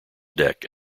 deck